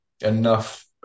enough